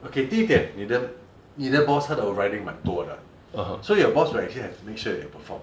okay 第一点你的你的 boss 他的 arriving 蛮多的 so your boss will actually have to make sure that you perform